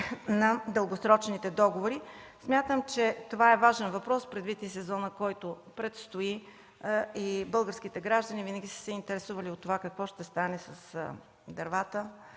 на дългосрочните договори? Смятам, че това е важен въпрос предвид и сезона, който предстои. Българските граждани винаги са се интересували какво ще стане с дървата